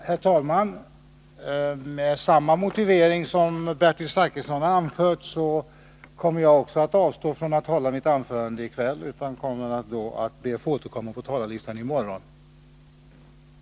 Herr talman! Med samma motivering som Bertil Zachrisson har anfört kommer jag också att avstå från att hålla mitt anförande i kväll. Jag ber att få återkomma på talarlistan i morgon.